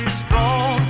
strong